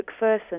McPherson